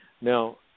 Now